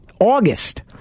August